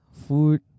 Food